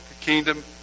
kingdom